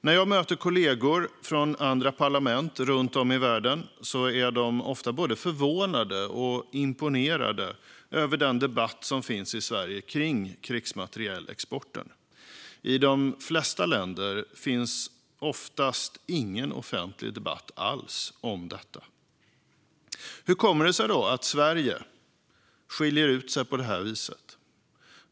När jag möter kollegor från andra parlament runt om i världen är de ofta både förvånade och imponerade över den debatt som finns i Sverige om krigsmaterielexporten. I de flesta länder finns oftast ingen offentlig debatt alls om detta. Hur kommer det sig då att Sverige skiljer ut sig på det viset?